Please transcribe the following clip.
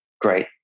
great